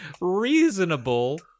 reasonable